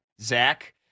Zach